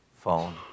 phone